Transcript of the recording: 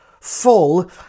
full